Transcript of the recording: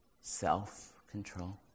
self-control